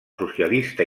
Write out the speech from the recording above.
socialista